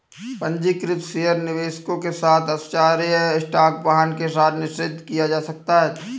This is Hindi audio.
पंजीकृत शेयर निवेशकों के साथ आश्चर्य स्टॉक वाहन के साथ निषिद्ध किया जा सकता है